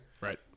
Right